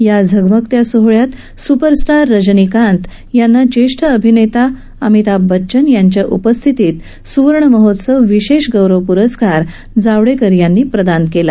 या झगमगत्या सोहळ्यात सुपरस्टार रजनीकांत यांना ज्येष्ठ अभिनेता अमिताभ बच्चन यांच्या उपस्थितीत सुवर्ण महोत्सव विशेष गौरव प्रस्कार जावडेकर यांनी प्रदान केलं